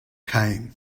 came